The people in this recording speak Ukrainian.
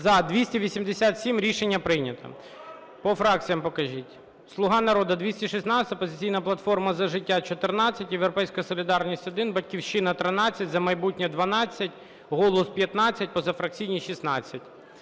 За-287 Рішення прийнято. По фракціям покажіть. "Слуга народу" – 216, "Опозиційна платформа – За життя" – 14, "Європейська солідарність" – 1, "Батьківщина" – 13, "За майбутнє" – 12, "Голос" – 15, позафракційні – 16.